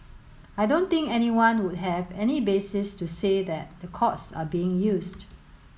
I don't think anyone would have any basis to say that the courts are being used